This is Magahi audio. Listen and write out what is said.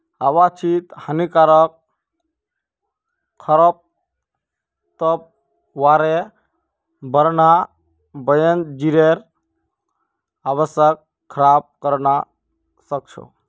आवांछित हानिकारक खरपतवारेर बढ़ना वन्यजीवेर आवासक खराब करवा सख छ